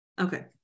Okay